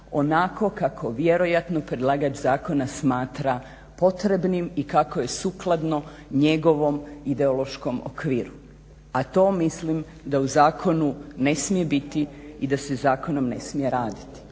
onako kako vjerojatno predlagač zakona smatra potrebnim i kako je sukladno njegovom ideološkom okviru. A to mislim da u zakonu ne smije biti i da se zakonom ne smije raditi.